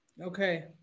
Okay